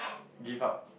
give up